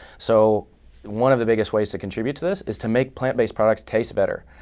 so one of the biggest ways to contribute to this is to make plant-based products taste better.